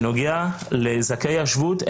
בנוגע לזכאי השבות,